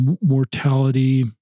mortality